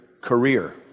career